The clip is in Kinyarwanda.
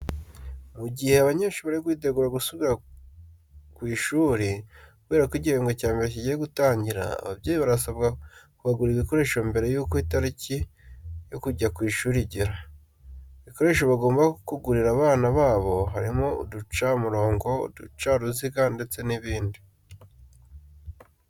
Mu gihe abanyeshuri bari kwitegura gusubira ku ishuri kubera ko igihembwe cya mbere kigiye gutangira, ababyeyi barasabwa kubagurira ibikoresho mbere yuko itariki yo kujya ku ishuri igera. Ibikoresho bagomba kugurira abana babo harimo uducamurongo, uducaruziga ndetse n'ibindi.